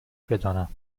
بدانم